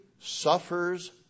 suffers